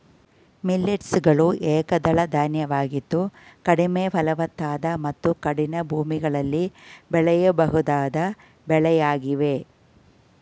millets ಗಳು ಏಕದಳ ಧಾನ್ಯವಾಗಿದ್ದು ಕಡಿಮೆ ಫಲವತ್ತಾದ ಮತ್ತು ಕಠಿಣ ಭೂಮಿಗಳಲ್ಲಿ ಬೆಳೆಯಬಹುದಾದ ಬೆಳೆಯಾಗಿವೆ